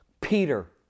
Peter